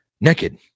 naked